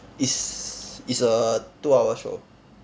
is is a two hour show